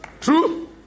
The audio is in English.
True